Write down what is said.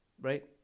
Right